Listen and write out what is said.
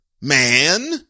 man